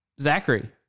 Zachary